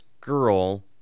girl